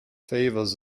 favours